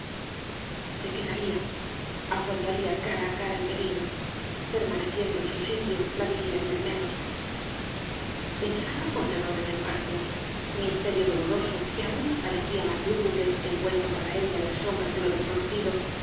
se quedaría afrontaría cara á cara el peligro permaneciendo en su sitio la vigilarían menos pensaba con terror en el parto misterio doloroso que aún aparecía más lúgubre envuelto para ella en las sombras de lo desconocido